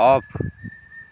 off